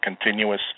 continuous